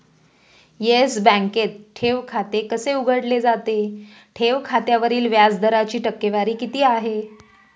Yes बँकेत ठेव खाते कसे उघडले जाते? ठेव खात्यावरील व्याज दराची टक्केवारी किती आहे?